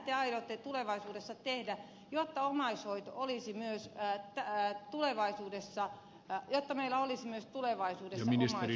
mitä te aiotte tehdä jotta meillä olisi myös tulevaisuudessa ja että meillä olisi nyt omaishoitajia